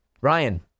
Ryan